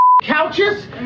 couches